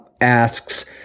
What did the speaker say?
asks